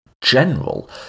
general